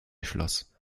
schloss